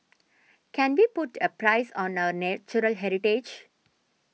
can we put a price on our natural heritage